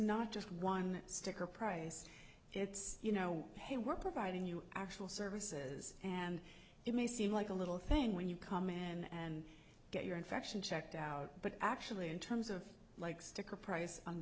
not just one sticker price it's you know hey we're providing you actual services and it may seem like a little thing when you come in and get your infection checked out but actually in terms of like sticker price on